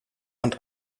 und